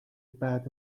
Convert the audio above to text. بعد